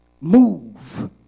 move